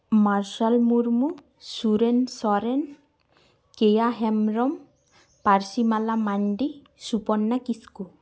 ᱢᱟᱨᱥᱟᱞ ᱢᱩᱨᱢᱩ ᱥᱩᱨᱮᱱ ᱥᱚᱨᱮᱱ ᱠᱮᱭᱟ ᱦᱮᱢᱵᱨᱚᱢ ᱯᱟᱹᱨᱥᱤᱢᱟᱞᱟ ᱢᱟᱱᱰᱤ ᱥᱩᱯᱚᱨᱱᱟ ᱠᱤᱥᱠᱩ